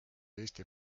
eesti